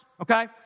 okay